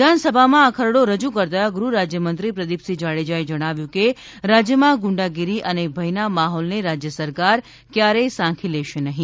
વિધાનસભામાં આ ખરડી રજૂ કરતાં ગૃહ રાજ્યમંત્રી પ્રદિપસિંહ જાડેજાએ જણાવ્યું કે રાજ્યમાં ગુડાંગીરી અને ભયના માહોલને રાજ્ય સરકાર ક્યારેય સાંખી લેશે નહી